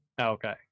Okay